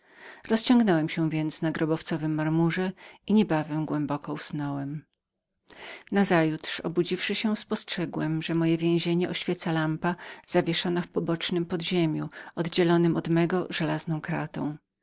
rozciągnąłem się więc na tym grobowym marmurze i niebawem głęboko usnąłem nazajutrz obudziwszy się spostrzegłem że moje więzienie oświecała lampa zawieszona w pobocznem podziemiu oddzielonem od mego żelazną kratą